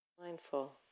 Mindful